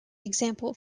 example